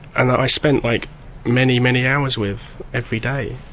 and that i spent like many, many hours with every day.